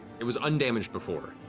it was undamaged before.